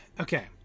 okay